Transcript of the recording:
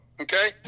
Okay